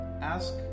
ask